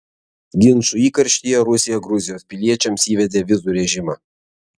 ginčų įkarštyje rusija gruzijos piliečiams įvedė vizų režimą